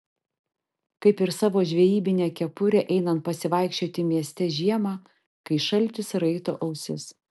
kaip ir savo žvejybinę kepurę einant pasivaikščioti mieste žiemą kai šaltis raito ausis